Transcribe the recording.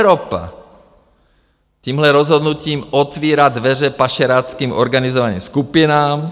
Evropa tímhle rozhodnutím otvírá dveře pašeráckým organizovaným skupinám.